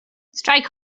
strike